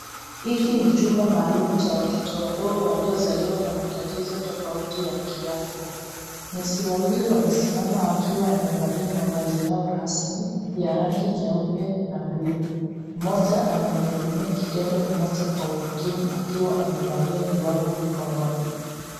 Hiki ni chumba maalum cha watoto wadogo waliozaliwa na matatizo tofauti ya kiafya, nesi wawili wamesimama wakiwa wamevalia mavazi yao rasmi ya rangi nyeupe na buluu, moja anamuhudumia kikembe mmoja kwa umakini akiwa amevalia glovu mikononi.